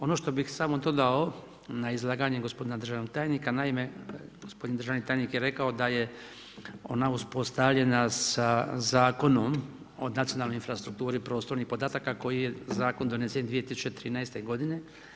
Ono što bih samo dodao na izlaganje gospodina državnog tajnika naime, gospodin državni tajnik je rekao da je ona uspostavljena sa Zakonom o nacionalnoj infrastrukturi prostornih podataka koji je zakon donesen 2013. godine.